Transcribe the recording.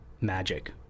magic